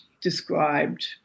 described